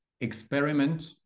experiment